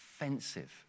offensive